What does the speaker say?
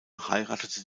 heiratete